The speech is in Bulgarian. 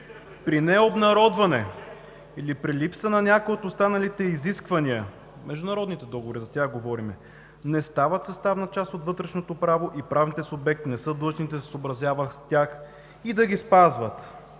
„При необнародване или при липса на някое от останалите изисквания – международните договори, за тях говорим – не стават съставна част от вътрешното право и правните субекти не са длъжни да се съобразяват с тях и да ги спазват.“